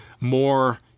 more